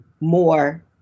more